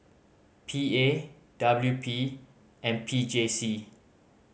P A W P and P J C